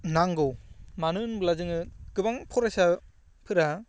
नांगौ मानो होनोब्ला जोङो गोबां फरायसाफोरा